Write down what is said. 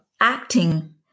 acting